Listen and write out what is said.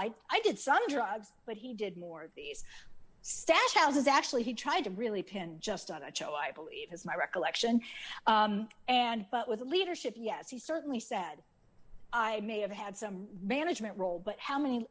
i i did some drugs but he did more of these stash houses actually he tried to really pin just on a cho i believe has my recollection and but with leadership yes he certainly said i may have had some management role but how many